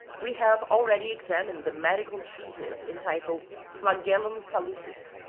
we have already examined the medical treatise entitled flagellum salutis,